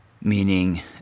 Meaning